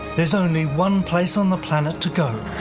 there's only one place on the planet to go.